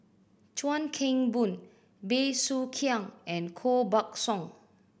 Chuan Keng Boon Bey Soo Khiang and Koh Buck Song